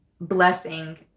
blessing